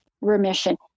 remission